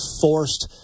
forced